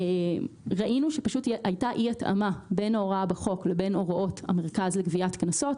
ראינו שהייתה אי התאמה בין ההוראה בחוק לבין הוראות המרכז לגביית קנסות.